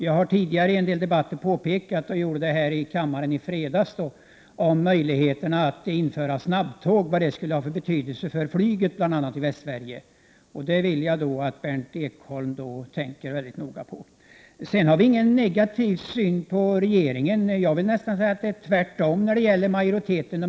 Jag har tidigare i debatter pekat på och gjorde det även i kammaren i fredags, möjligheten att införa snabbtåg och vad det skulle ha för betydelse för flyget bl.a. i Västsverige. Det vill jag att Berndt Ekholm skall tänka mycket noga på. Vi har faktiskt ingen negativ syn på regeringen. Jag vill nästan säga att det är tvärtom när det gäller utskottet.